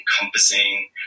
encompassing